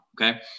okay